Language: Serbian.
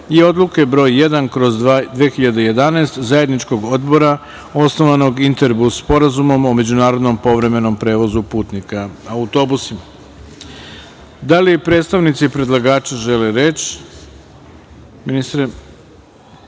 i Odluke br. 1/2011 Zajedničkog odbora osnovanog Interbus sporazumom o međunarodnom povremenom prevozu putnika autobusima. Da li predstavnici predlagača žele reč? (Da.)Reč